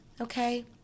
Okay